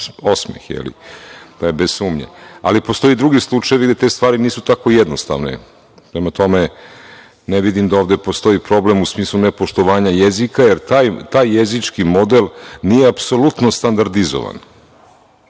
njih. To izaziva osmeh, ali postoje drugi slučajevi gde te stvari nisu tako jednostavne. Prema tome, ne vidim da ovde postoji problem u smislu poštovanja jezika, jer taj jezički model nije apsolutno standardizovan. Što